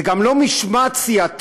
זה גם לא משמעת סיעתית,